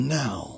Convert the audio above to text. now